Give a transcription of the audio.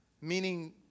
meaning